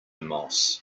moss